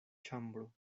ĉambro